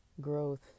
growth